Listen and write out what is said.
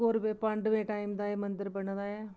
कोरबें पाण्डवें टाइम दा एह् मंदर बने दा ऐ